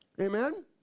Amen